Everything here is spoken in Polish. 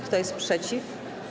Kto jest przeciw?